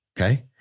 okay